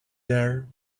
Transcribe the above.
there